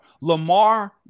Lamar